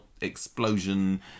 explosion